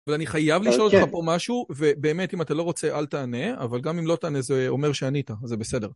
אבל אני חייב לשאול אותך פה משהו, ובאמת אם אתה לא רוצה אל תענה, אבל גם אם לא תענה זה אומר שענית, אז זה בסדר.